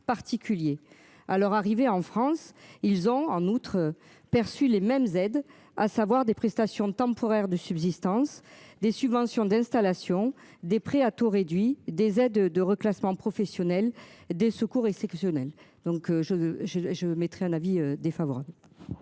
à leur arrivée en France, ils ont en outre perçu les mêmes aides, à savoir des prestations temporaire de subsistance des subventions d'installation des prêts à taux réduit. Des aides de reclassements professionnels des secours, et c'est Lionel donc je je je mettrai un avis défavorable.